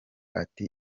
ati